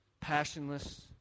passionless